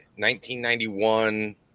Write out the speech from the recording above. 1991